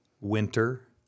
winter